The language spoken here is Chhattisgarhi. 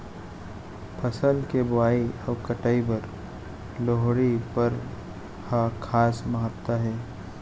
फसल के बोवई अउ कटई बर लोहड़ी परब ह खास महत्ता हे